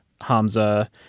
Hamza